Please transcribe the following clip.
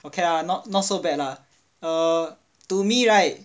okay lah not not so bad lah err to me right